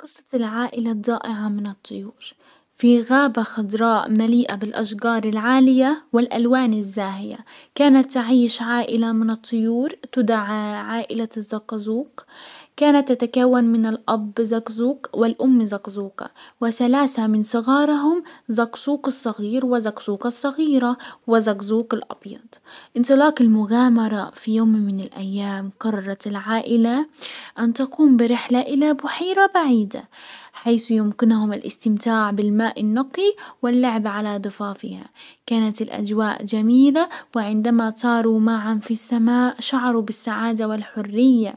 قصة العائلة الضائعة من الطيور، في غابة خضراء مليئة بالاشجار العالية والالوان الزاهية، كانت تعيش عائلة من الطيور تدعى عائلة الزقازوق. كانت تتكون من الاب زقزوق، والام زقزوقة، وثلاثة من صغارهم، زقزوق الصغير، وزقزوقة الصغيرة، وزقزوق الابيض. انزلاق المغامرة في يوم من الايام قررت العائلة ان تقوم برحلة الى بحيرة بعيدة، حيث يمكنهم الاستمتاع بالماء النقي واللعب على ضفافها. كانت الاجواء جميلة وعندما ثاروا معا في السماء شعروا بالسعادة والحرية،